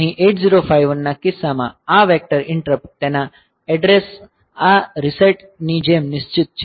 અહીં 8051 ના કિસ્સામાં આ વેક્ટર ઈંટરપ્ટ તેમના એડ્રેસ આ રીસેટ ની જેમ નિશ્ચિત છે